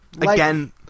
again